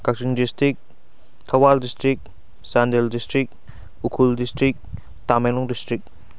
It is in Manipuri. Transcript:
Kakching district Thoubal district Chandel district Ukhrul district Tamenglong district